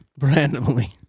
Randomly